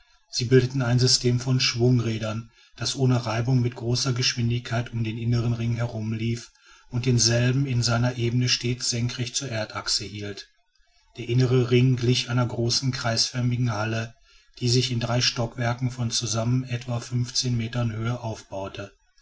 sie bildeten ein system von schwungrädern das ohne reibung mit großer geschwindigkeit um den inneren ring herumlief und denselben in seiner ebene stets senkrecht zur erdachse hielt der innere ring glich einer großen kreisförmigen halle die sich in drei stockwerken von zusammen etwa fünfzehn metern höhe aufbaute